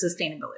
sustainability